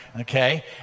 okay